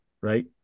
right